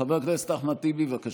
חבר הכנסת אחמד טיבי, בבקשה.